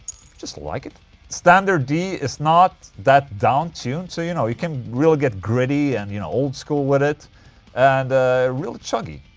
just like it standard d is not that down tuned, so you know, you can really get gritty and you know, old-school with it and really chuggy,